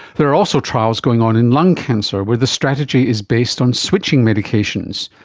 there are also trials going on in lung cancer where the strategies based on switching medications,